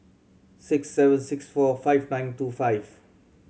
six seven six four five nine two five